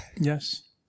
Yes